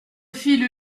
fille